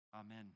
Amen